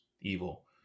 evil